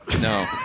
no